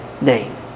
name